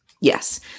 Yes